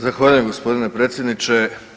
Zahvaljujem gospodine predsjedniče.